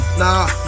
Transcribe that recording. nah